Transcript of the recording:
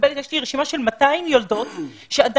יש לי רשימה של 200 יולדות שעדיין